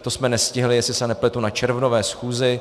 To jsme nestihli, jestli se nepletu, na červnové schůzi.